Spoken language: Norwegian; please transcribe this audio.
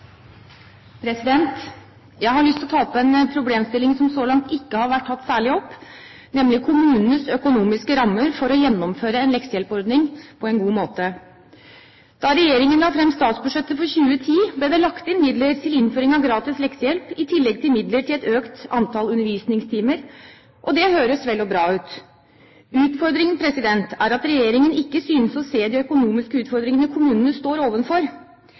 Jeg har lyst til å ta opp en problemstilling som så langt ikke har vært tatt særlig opp, nemlig kommunenes økonomiske rammer for å gjennomføre en leksehjelpordning på en god måte. Da regjeringen la fram statsbudsjettet for 2010, ble det lagt inn midler til innføring av gratis leksehjelp, i tillegg til midler til et økt antall undervisningstimer, og det høres vel og bra ut. Utfordringen er at regjeringen ikke synes å se de økonomiske utfordringene kommunene står